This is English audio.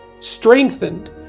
strengthened